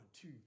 two